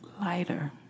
lighter